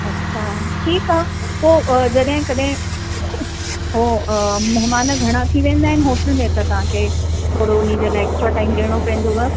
अच्छा ठीकु आहे पोइ जॾहिं कॾहिं हो महिमान घणा थी वेंदा आहिनि होटल में त तव्हांखे थोरो उनजे लाइ एक्स्ट्रा टाइम ॾियणो पवंदव